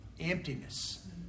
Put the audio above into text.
emptiness